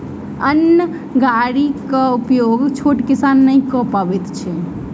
अन्न गाड़ीक उपयोग छोट किसान नै कअ पबैत छैथ